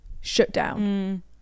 shutdown